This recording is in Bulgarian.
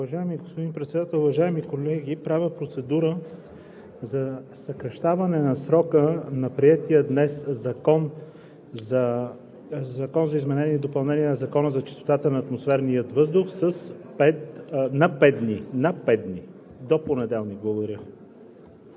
Уважаеми господин Председател, уважаеми колеги! Правя процедура за съкращаване на срока на приетия днес Закон за изменение и допълнение на Закона за чистотата на атмосферния въздух на пет дни – до понеделник. Благодаря.